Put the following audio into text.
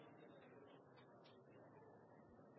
enten det